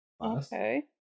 Okay